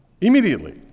Immediately